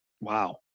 Wow